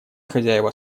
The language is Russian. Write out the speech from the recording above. хозяева